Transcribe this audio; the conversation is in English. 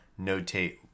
notate